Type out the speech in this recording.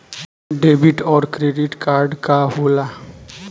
Debit और credit card का होला?